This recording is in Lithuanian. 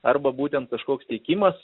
arba būtent kažkoks teikimas